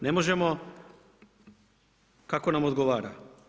Ne možemo kako nam odgovara.